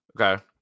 Okay